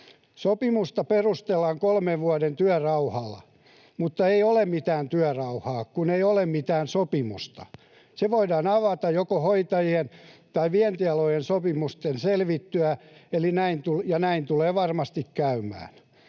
Sopimusta perustellaan kolmen vuoden työrauhalla. Mutta ei ole mitään työrauhaa, kun ei ole mitään sopimusta. Se voidaan avata joko hoitajien tai vientialojen sopimusten selvittyä, ja näin tulee varmasti käymään.